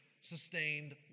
sustained